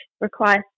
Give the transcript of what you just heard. requires